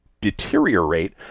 deteriorate